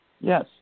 yes